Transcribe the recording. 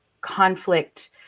conflict